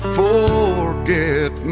forget